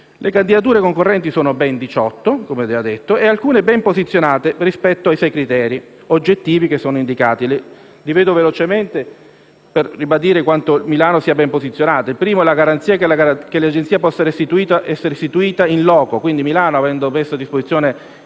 Le candidature concorrenti sono ben 18 - come già detto - e alcune ben posizionate rispetto ai sei criteri oggettivi che sono stati indicati, che ripeto velocemente, per ribadire quanto Milano sia ben posizionata. Il primo è la garanzia che l'Agenzia possa essere istituita *in loco*. Quindi, Milano, avendo messo a disposizione